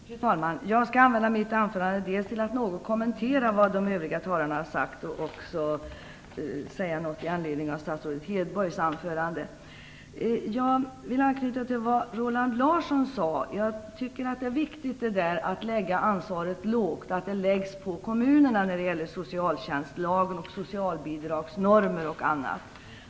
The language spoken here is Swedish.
Fru talman! Jag skall använda mitt anförande dels till att något kommentera vad de övriga talarna har sagt, dels till att säga några ord med anledning av statsrådet Hedborgs anförande. Jag vill anknyta till vad Roland Larsson sade. Jag tycker att det är viktigt att lägga ansvaret lågt - att det läggs på kommunerna när det gäller t.ex. socialtjänstlagen och socialbidragsnormer.